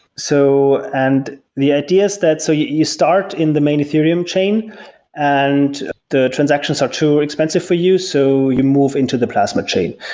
so and the ideas that so you you start in the main ethereum chain and the transactions are too expensive for you, so you move into the plasma chain.